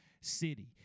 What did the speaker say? City